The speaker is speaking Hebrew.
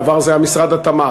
בעבר זה היה משרד התמ"ת.